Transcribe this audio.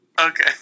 Okay